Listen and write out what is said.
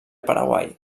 paraguai